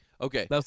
Okay